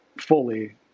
fully